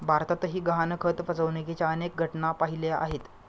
भारतातही गहाणखत फसवणुकीच्या अनेक घटना पाहिल्या आहेत